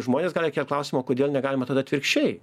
žmonės gali kelt klausimą o kodėl negalima tada atvirkščiai